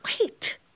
Wait